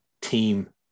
team